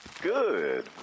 Good